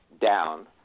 down